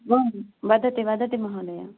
आम् वदति वदति महोदय